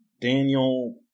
Daniel